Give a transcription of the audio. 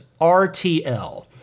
RTL